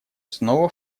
снова